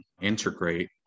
integrate